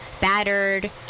battered